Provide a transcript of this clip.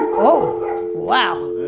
oh wow.